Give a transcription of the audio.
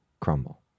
crumble